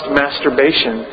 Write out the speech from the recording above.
masturbation